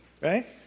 right